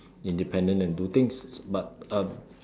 independent and do things but uh